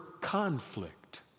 conflict